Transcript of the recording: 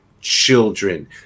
children